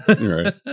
Right